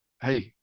hey